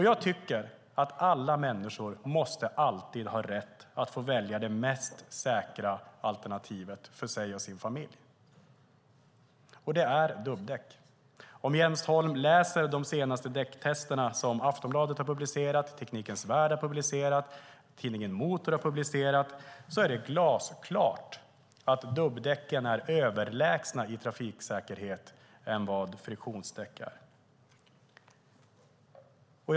Jag tycker att alla människor alltid måste ha rätt att få välja det säkraste alternativet för sig och sin familj. Och det är dubbdäck. Jens Holm kan läsa de senaste däcktesterna som Aftonbladet, Teknikens Värld och tidningen Motor har publicerat. Där framgår glasklart att dubbdäck är överlägsna friktionsdäck i trafiksäkerhet.